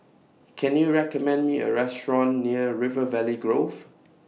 Can YOU recommend Me A Restaurant near River Valley Grove